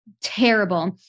terrible